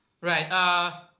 Right